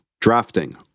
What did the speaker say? Drafting